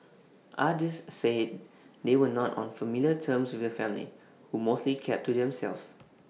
others said they were not on familiar terms with family who mostly kept to themselves